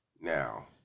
Now